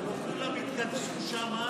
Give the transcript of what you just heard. הרי כולם התכנסו שם,